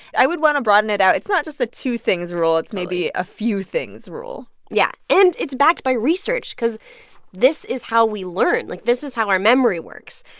i would want to broaden it out. it's not just a two things rule totally it's maybe a few things rule yeah. and it's backed by research cause this is how we learn. like, this is how our memory works.